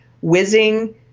whizzing